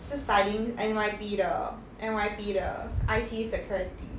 是 studying N_Y_P 的 N_Y_P 的 I_T security